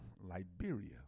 Liberia